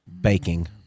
Baking